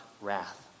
wrath